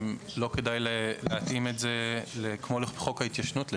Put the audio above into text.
האם לא כדאי להתאים את זה לפי חוק ההתיישנות,